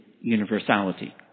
universality